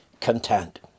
content